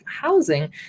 housing